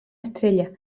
estrella